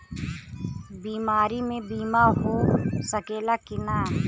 बीमारी मे बीमा हो सकेला कि ना?